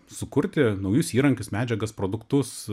sukurti naujus įrankius medžiagas produktus